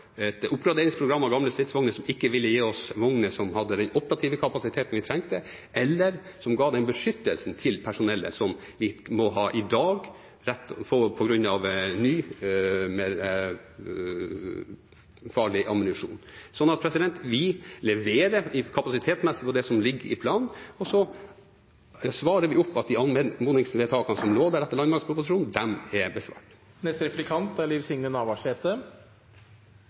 et oppgraderingsprogram av gamle stridsvogner ikke ville gi oss de vognene som hadde den operative kapasiteten vi trengte, eller som ga den beskyttelsen til personellet som vi må ha i dag på grunn av ny, farlig ammunisjon. Så vi leverer kapasitetsmessig på det som ligger i planen, og de anmodningsvedtakene som lå der etter landmaktproposisjonen, er besvart. Det er artig å høyre regjeringa og Arbeidarpartiet krangle om kva dei eigentleg har vedteke. Det er